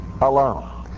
alone